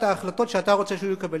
את ההחלטות שאתה רוצה שהוא יקבל,